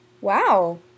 Wow